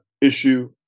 issue